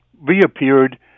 reappeared